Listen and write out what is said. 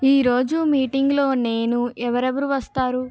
ఈ రోజు మీటింగ్లో నేను ఎవరెవరు వస్తారు